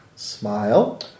Smile